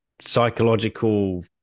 psychological